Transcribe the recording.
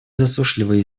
засушливые